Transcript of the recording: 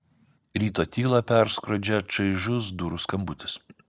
ryto tylą perskrodžia čaižus durų skambutis